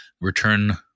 return